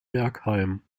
bergheim